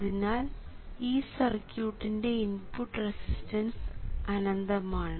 അതിനാൽ ഈ സർക്യൂട്ടിന്റെ ഇൻപുട്ട് റെസിസ്റ്റൻസ് അനന്തമാണ്